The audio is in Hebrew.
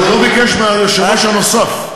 אבל הוא ביקש מהיושב-ראש הנוסף.